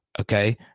Okay